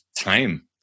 time